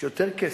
יש יותר כסף,